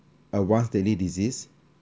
advance daily disease